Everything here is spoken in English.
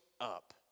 up